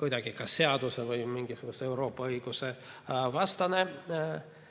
kuidagi kas seaduse või mingisuguse Euroopa õiguse vastane